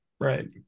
Right